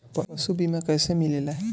पशु बीमा कैसे मिलेला?